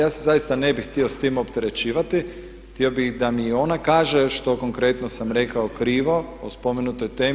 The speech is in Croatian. Ja se zaista ne bih htio s tim opterećivati, htio bih da mi ona kaže što konkretno sam rekao krivo o spomenutoj temi.